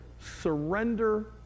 Surrender